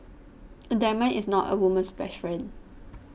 a diamond is not a woman's best friend